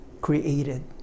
created